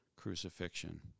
crucifixion